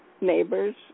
Neighbors